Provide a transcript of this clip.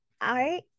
art